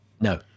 No